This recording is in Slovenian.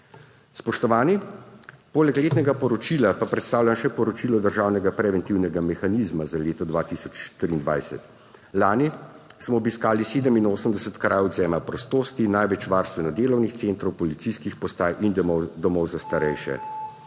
Spoštovani! Poleg letnega poročila pa predstavljam še Poročilo državnega preventivnega mehanizma za leto 2023. Lani smo obiskali 87 krajev odvzema prostosti, največ varstveno-delovnih centrov, policijskih postaj in domov za starejše.